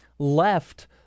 left